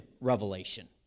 revelation